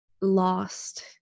lost